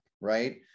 right